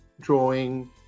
drawing